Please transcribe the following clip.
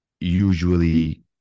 usually